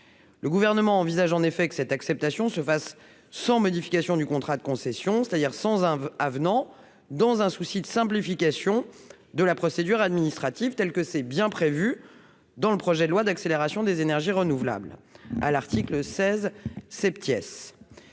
le gouvernement envisage en effet que cette acceptation se fasse sans modification du contrat de concession, c'est-à-dire sans un avenant dans un souci de simplification de la procédure administrative telles que c'est bien prévu dans le projet de loi d'accélération des énergies renouvelables à l'article 16 c'est